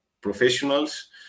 professionals